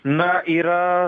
na yra